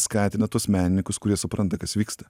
skatina tuos menininkus kurie supranta kas vyksta